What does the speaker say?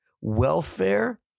welfare